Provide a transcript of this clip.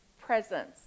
presence